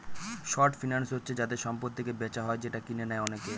short finance হচ্ছে যাতে সম্পত্তিকে বেচা হয় যেটা কিনে নেয় অনেকে